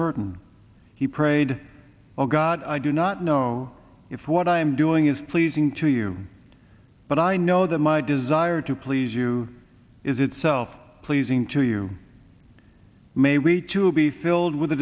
merton he prayed oh god i do not know if what i'm doing is pleasing to you but i know that my desire to please you is itself pleasing to you may we too will be filled with a